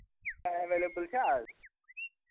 available چھےٚ اَز